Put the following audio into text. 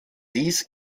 dies